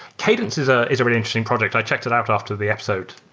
cadence is ah is a really interesting product. i checked it out after the episode,